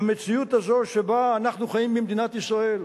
במציאות הזו שבה אנחנו חיים במדינת ישראל,